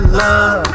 love